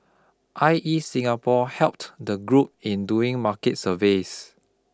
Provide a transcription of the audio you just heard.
I E Singapore helped the group in doing market surveys